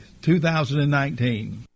2019